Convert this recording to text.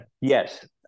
Yes